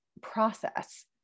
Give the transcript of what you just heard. process